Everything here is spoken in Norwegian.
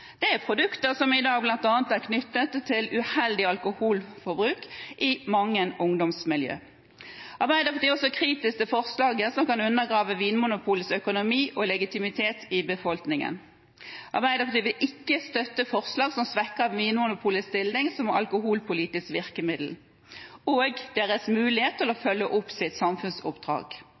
produkter som i dag bl.a. er knyttet til uheldig alkoholforbruk i mange ungdomsmiljøer. Arbeiderpartiet er også kritisk til et forslag som kan undergrave Vinmonopolets økonomi og legitimitet i befolkningen. Arbeiderpartiet støtter ikke forslag som svekker Vinmonopolets stilling som alkoholpolitisk virkemiddel og dets mulighet til å følge opp sitt samfunnsoppdrag.